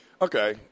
Okay